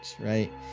right